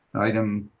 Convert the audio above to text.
item